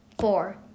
four